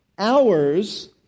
Hours